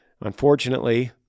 Unfortunately